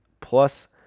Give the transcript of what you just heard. Plus